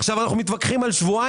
עכשיו אנחנו מתווכחים על שבועיים?